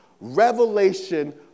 revelation